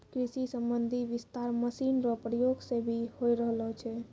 कृषि संबंधी विस्तार मशीन रो प्रयोग से भी होय रहलो छै